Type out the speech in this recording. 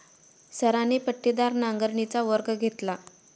सरांनी पट्टीदार नांगरणीचा वर्ग घेतला